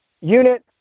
unit